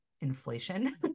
inflation